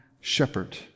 shepherd